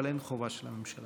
אבל אין חובה של הממשלה.